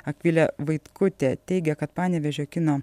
akvilė vaitkutė teigia kad panevėžio kino